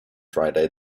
friday